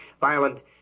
violent